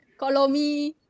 kolomi